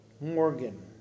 Morgan